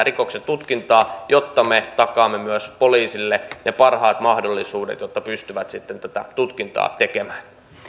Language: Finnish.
rikoksen tutkintaan jotta me takaamme myös poliisille ne parhaat mahdollisuudet jotta pystyvät sitten tätä tutkintaa tekemään